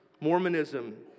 Mormonism